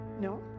No